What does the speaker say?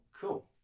Cool